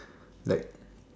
like